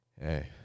hey